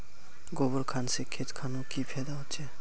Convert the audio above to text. गोबर खान से खेत खानोक की फायदा होछै?